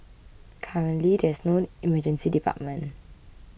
currently there is no Emergency Department